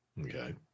Okay